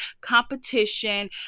competition